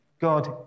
God